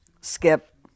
skip